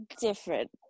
different